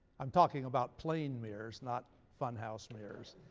i'm talking about plane mirrors, not funhouse mirrors.